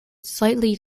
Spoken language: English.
slightly